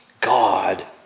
God